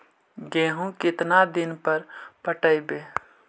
गेहूं केतना दिन पर पटइबै?